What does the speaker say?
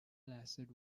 lasted